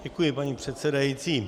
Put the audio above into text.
Děkuji, paní předsedající.